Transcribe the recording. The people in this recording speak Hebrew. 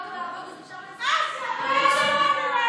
באנו לעבוד, אה, מי זאת,